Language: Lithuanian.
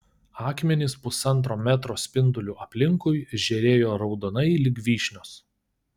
akmenys pusantro metro spinduliu aplinkui žėrėjo raudonai lyg vyšnios